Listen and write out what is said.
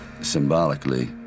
symbolically